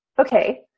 okay